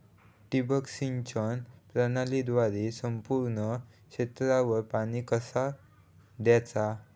ठिबक सिंचन प्रणालीद्वारे संपूर्ण क्षेत्रावर पाणी कसा दयाचा?